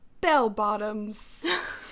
bell-bottoms